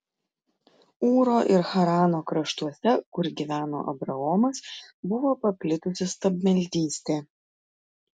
ūro ir harano kraštuose kur gyveno abraomas buvo paplitusi stabmeldystė